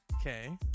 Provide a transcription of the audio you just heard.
Okay